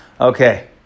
Okay